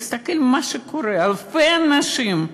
תסתכל מה שקורה: אלפי אנשים,